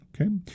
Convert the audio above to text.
Okay